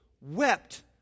wept